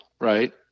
right